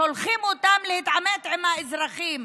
שולחים אותם להתעמת עם האזרחים,